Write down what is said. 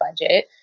budget